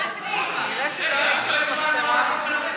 כנראה לא היית במספרה,